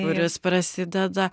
kuris prasideda